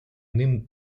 ним